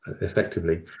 effectively